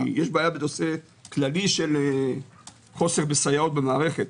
יש בעיה באופן כללי של חוסר סייעות במערכת.